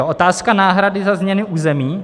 Otázka náhrady za změny území.